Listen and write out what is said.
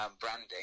branding